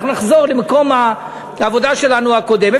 אנחנו נחזור למקום העבודה הקודם שלנו,